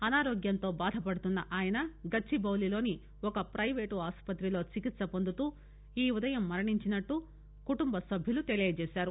అనారోగ్యంతో బాధపడుతున్న ఆయన గచ్చిబాలిలోని ఓ ప్లెపేటు ఆస్పత్రిలో చికిత్సపొందుతూ ఈ ఉదయం మరణించినట్లు కుటుంబ సభ్యులు తెలియజేశారు